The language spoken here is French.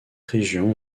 région